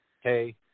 hey